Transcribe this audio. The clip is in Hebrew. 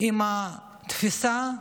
עם התפיסה: